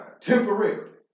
Temporarily